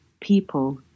people